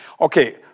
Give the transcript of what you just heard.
Okay